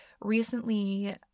recently